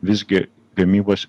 visgi gamybos